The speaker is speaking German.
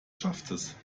schaftes